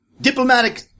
diplomatic